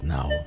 Now